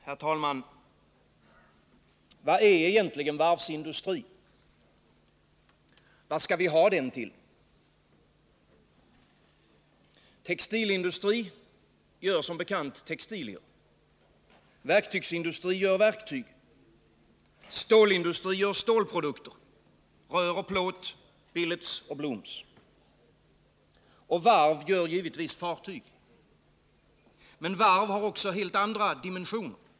Herr talman! Vad är egentligen varvsindustri? Vad skall vi ha den till? Textilindustri gör som bekant textilier. Verktygsindustri gör verktyg. Stålindustri gör stålprodukter — rör och plåt, billets och blooms. Och varv gör givetvis fartyg. Men varv har också helt andra dimensioner.